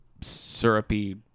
syrupy